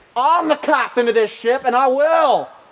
ah i'm the captain of this ship and i will!